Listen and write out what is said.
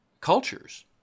cultures